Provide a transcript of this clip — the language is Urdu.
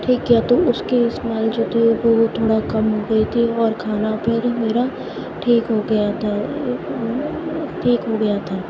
ٹھیک کیا تو اس کی اسمیل جو تھی وہ کو تھوڑا کم ہو گئی تھی اور کھانا پھر میرا ٹھیک ہو گیا تھا ٹھیک ہو گیا تھا